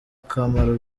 kamaro